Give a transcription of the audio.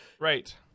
right